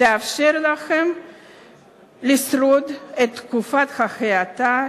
יאפשר להם לשרוד את תקופת ההאטה,